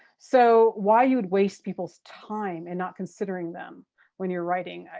so why you would waste people's time and not considering them when you're writing,